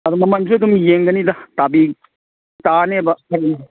ꯑꯗꯨ ꯃꯃꯟꯁꯨ ꯑꯗꯨꯝ ꯌꯦꯡꯒꯅꯤꯗ ꯇꯥꯅꯤꯕ